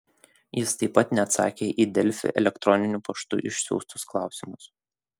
jis taip pat neatsakė į delfi elektroniniu paštu išsiųstus klausimus